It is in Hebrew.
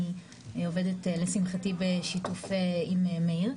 אני עובדת לשמחתי בשיתוף עם מאיר.